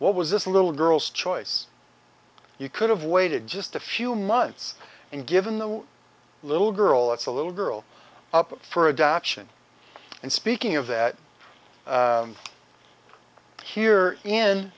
what was this little girl's choice you could have waited just a few months and given the little girl that's a little girl up for adoption and speaking of that here in